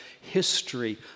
history